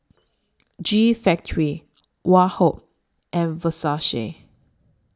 G Factory Woh Hup and Versace